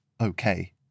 okay